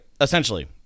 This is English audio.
essentially